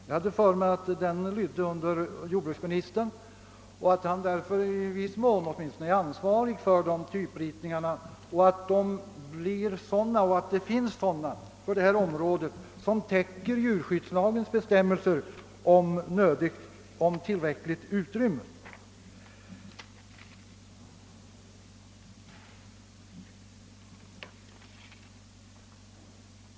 Jag hade för mig att lantbruksstyrelsen lydde under jordbruksministern och att han därför åtminstone i viss mån var ansvarig för att dessa typritningar blir sådana, att de följer djurskyddslagens bestämmelser om tillräckligt utrymme.